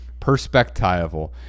perspectival